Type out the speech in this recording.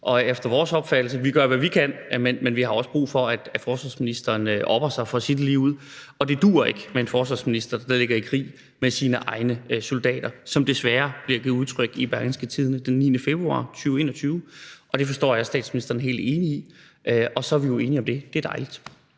gør efter vores opfattelse det, vi kan, men vi har også brug for, at forsvarsministeren opper sig, for at sige det lige ud. Og det duer ikke med en forsvarsminister, der ligger i krig med sine egne soldater, som der desværre blev givet udtryk for i Berlingske den 9. februar 2021. Det forstår jeg at statsministeren er helt enig i, og så er vi jo enige om det. Det er dejligt.